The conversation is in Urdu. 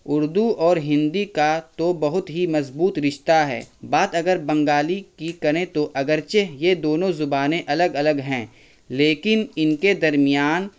اردو اور ہندی کا تو بہت ہی مضبوط رشتہ ہے بات اگر بنگالی کی کریں تو اگرچہ یہ دونوں زبانیں الگ الگ ہیں لیکن ان کے درمیان